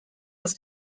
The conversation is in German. aus